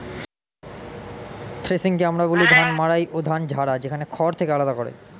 থ্রেশিংকে আমরা বলি ধান মাড়াই ও ধান ঝাড়া, যেখানে খড় থেকে আলাদা করে